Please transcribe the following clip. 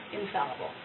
infallible